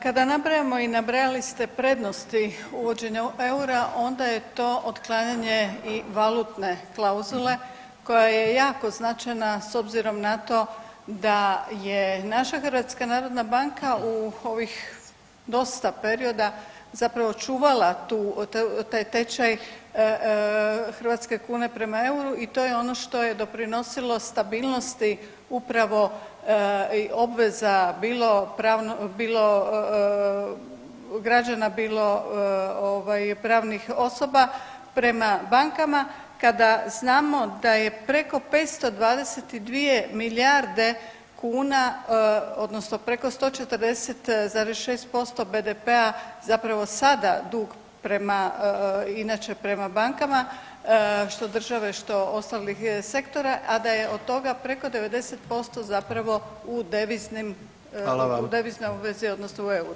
Kada nabrajamo i nabrajali ste prednosti uvođenja eura onda je to otklanjanje i valutne klauzule koja je jako značajna s obzirom na to da je naša HNB u ovih dosta perioda zapravo čuvala taj tečaj hrvatske kune prema euru i to je ono što je doprinosilo stabilnosti upravo obveza bilo pravno, bilo građana, bilo ovaj pravnih osoba prema bankama kada znamo da je preko 522 milijarde kuna odnosno preko 140,6% BDP-a zapravo sada dug inače prema bankama što države, što ostalih sektora, a da je od toga preko 90% zapravo u deviznim [[Upadica: Hvala vam.]] u deviznoj obvezi odnosno u EUR-u.